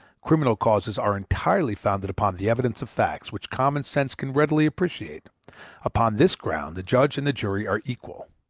criminal causes are entirely founded upon the evidence of facts which common sense can readily appreciate upon this ground the judge and the jury are equal.